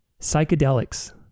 Psychedelics